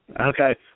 Okay